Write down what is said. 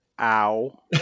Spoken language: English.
Ow